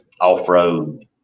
off-road